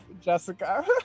Jessica